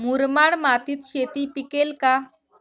मुरमाड मातीत शेती पिकेल का?